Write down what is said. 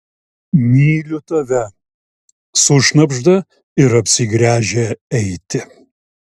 myliu tave sušnabžda ir apsigręžia eiti